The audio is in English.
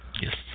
yes